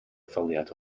etholiad